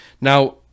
Now